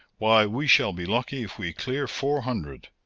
why, we shall be lucky if we clear four hundred!